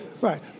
Right